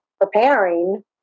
preparing